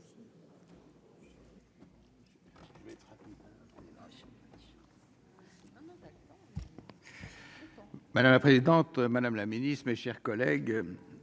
Madame la présidente, Madame la Ministre, mes chers collègues,